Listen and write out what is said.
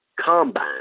combine